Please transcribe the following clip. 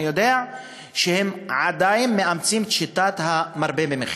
אני יודע שהם עדיין מאמצים את שיטת המרבה במחיר.